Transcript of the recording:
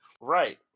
right